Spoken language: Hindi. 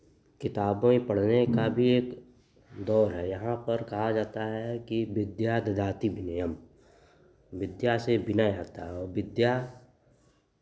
किताबें पढ़ने का भी एक दौर है यहाँ पर कहा जाता है कि विद्या ददाति विनयम विद्या से विनय आता है और विद्या